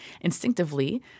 instinctively